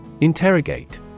Interrogate